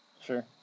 Sure